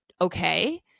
okay